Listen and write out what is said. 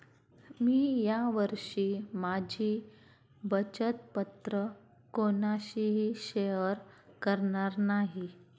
मी या वर्षी माझी बचत पत्र कोणाशीही शेअर करणार नाही